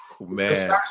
man